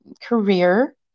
career